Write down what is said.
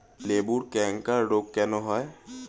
লেবুর ক্যাংকার রোগ কেন হয়?